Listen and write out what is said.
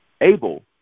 able